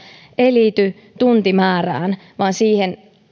ei liity tuntimäärään vaan